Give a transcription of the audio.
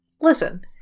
listen